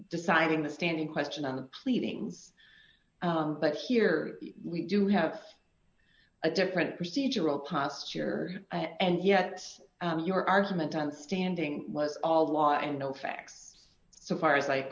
deciding the stand in question on pleadings but here we do have a different procedural posture and yes your argument on standing was of law and no facts so far as i